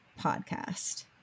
podcast